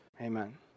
Amen